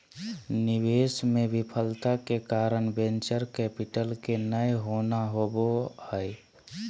निवेश मे विफलता के कारण वेंचर कैपिटल के नय होना होबा हय